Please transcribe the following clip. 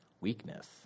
weakness